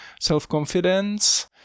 self-confidence